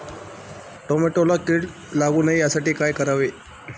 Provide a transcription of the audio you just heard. टोमॅटोला कीड लागू नये यासाठी काय करावे?